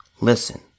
listen